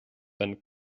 wenn